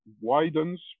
widens